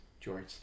George